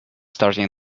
starting